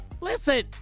Listen